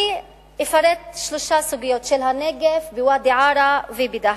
אני אפרט שלוש סוגיות: בנגב, בוואדי-עארה ובדהמש.